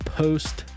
post